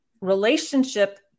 relationship